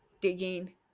digging